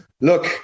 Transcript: Look